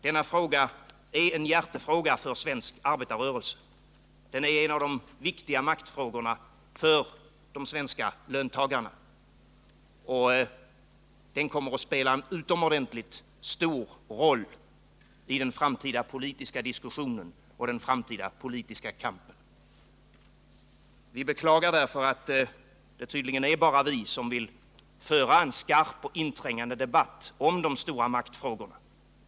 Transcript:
Denna fråga är en hjärtefråga för svensk arbetarrörelse. Den är en av de viktiga maktfrågorna för de svenska löntagarna, och den kommer att spela en utomordentligt stor roll i den framtida politiska diskussionen och i den framtida politiska kampen. Vi beklagar därför att det tydligen är bara vi som vill föra en skarp och inträngande debatt om de stora maktfrågorna.